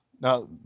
now